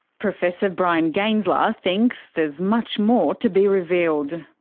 professor bryan gaensler thinks there's much more to be revealed.